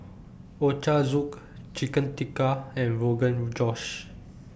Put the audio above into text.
Ochazuke Chicken Tikka and Rogan Josh